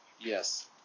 Yes